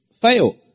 fail